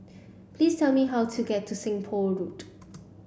please tell me how to get to Seng Poh Road